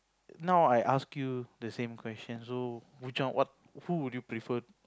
now I ask you the same question so which one what who would you prefer